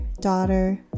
daughter